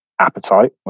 appetite